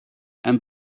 and